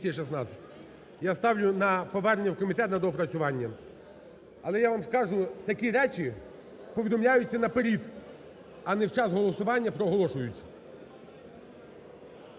Я ставлю на повернення в комітет на доопрацювання. Але я вам скажу, такі речі повідомляються наперед, а не в час голосування проголошуються.